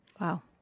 Wow